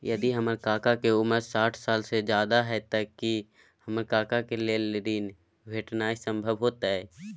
यदि हमर काका के उमर साठ साल से ज्यादा हय त की हमर काका के लेल ऋण भेटनाय संभव होतय?